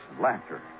laughter